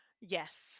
Yes